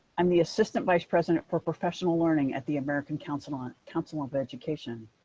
i'm the assistant vice president for professional learning at the american council on council of education.